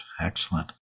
excellent